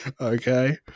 Okay